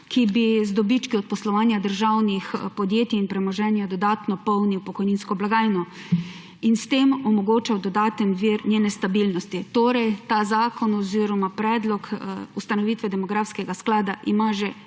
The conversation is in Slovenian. ki bi z dobički od poslovanja državnih podjetij in premoženja dodatno polnil pokojninsko blagajno in s tem omogočal dodaten vir njene stabilnosti. Predlog ustanovitve demografskega slada ima že